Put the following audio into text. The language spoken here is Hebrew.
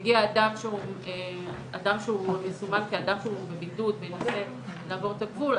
הגיע אדם שהוא מסומן כאדם שהוא בבידוד וינסה לעבור את הגבול,